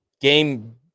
game